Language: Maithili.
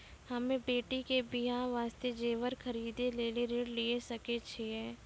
हम्मे बेटी के बियाह वास्ते जेबर खरीदे लेली ऋण लिये सकय छियै?